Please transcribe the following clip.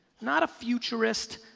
not a futurist,